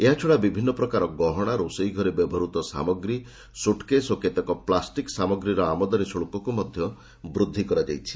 ଏହାଛଡ଼ା ବିଭିନ୍ନ ପ୍ରକାର ଗହଣା ରୋଷେଇ ଘରେ ବ୍ୟବହୃତ ସାମଗ୍ରୀ ସୁଟକେଶ ଓ କେତେକ ପ୍ଲାଷ୍ଟିକ୍ ସାମଗ୍ରୀର ଆମଦାନୀ ଶୁଳ୍କକୁ ମଧ୍ୟ ବୃଦ୍ଧି କରାଯାଇଛି